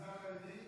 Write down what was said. מגזר חרדי,